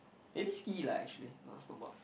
maybe ski lah actually not snowboard